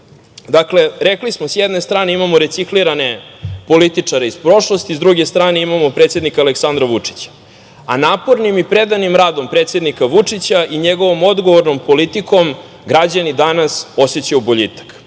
Dakle, rekli smo da sa jedne strane imamo reciklirane političare iz prošlosti, sa druge strane imamo predsednika Aleksandra Vučića, a napornim i predanim radom predsednika Vučića i njegovom odgovornom politikom građani danas osećaju boljitak. Kada